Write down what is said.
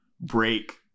break